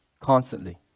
constantly